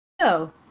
No